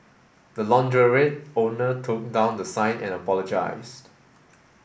the launderette owner took down the sign and apologised